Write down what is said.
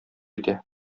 итә